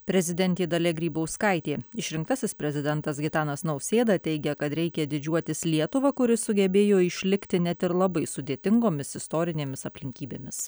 prezidentė dalia grybauskaitė išrinktasis prezidentas gitanas nausėda teigia kad reikia didžiuotis lietuva kuri sugebėjo išlikti net ir labai sudėtingomis istorinėmis aplinkybėmis